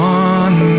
one